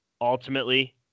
ultimately